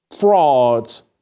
frauds